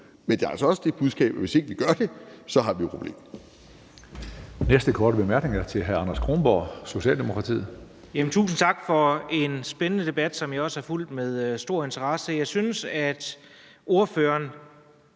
Men der er altså også det budskab, at hvis ikke vi gør noget, har vi et problem.